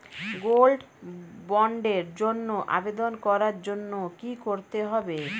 Gold বন্ডের জন্য আবেদন করার জন্য কি করতে হবে?